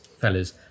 fellas